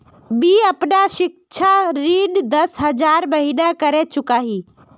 मी अपना सिक्षा ऋण दस हज़ार महिना करे चुकाही